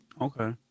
Okay